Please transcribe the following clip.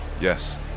Yes